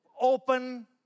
open